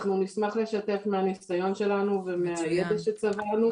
אנחנו נשמח לשתף מהניסיון שלנו ומהידע שצברנו.